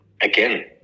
again